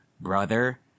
brother